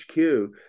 HQ